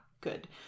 good